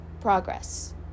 progress